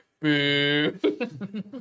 boo